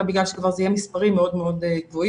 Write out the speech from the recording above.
אלא בגלל שזה כבר יהיה מספרים מאוד מאוד גבוהים,